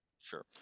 sure